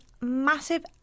massive